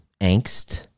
angst